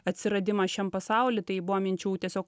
atsiradimą šiam pasauly tai buvo minčių tiesiog